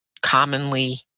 commonly